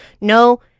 No